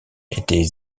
était